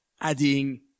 adding